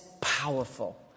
powerful